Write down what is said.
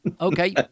Okay